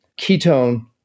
ketone